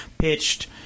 pitched